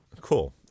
Cool